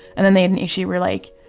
and then they had an issue where, like,